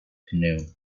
canoe